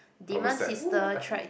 I was like whoa what the hell